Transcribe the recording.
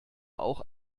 auch